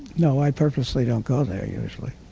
no, i purposely don't go there usually.